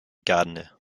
gardiner